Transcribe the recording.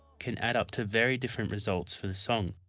can add up to very different results for the song.